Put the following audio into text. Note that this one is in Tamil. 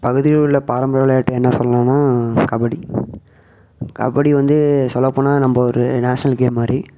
பகுதியில் உள்ள பாரம்பரிய விளையாட்டு என்ன சொல்லனான்னா கபடி கபடி வந்து சொல்ல போனால் நம்ம ஒரு நேஷ்னல் கேம் மாதிரி